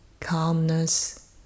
calmness